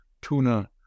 tuna